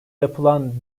yapılan